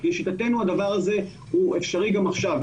אבל לשיטתנו הדבר הזה הוא אפשרי גם עכשיו.